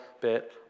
bit